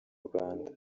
rwanda